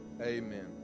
Amen